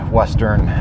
western